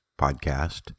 podcast